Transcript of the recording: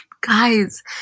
Guys